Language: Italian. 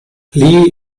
lee